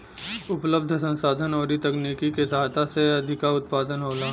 उपलब्ध संसाधन अउरी तकनीकी के सहायता से अधिका उत्पादन होला